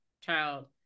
child